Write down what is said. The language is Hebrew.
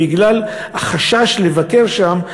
בגלל החשש לבקר שם,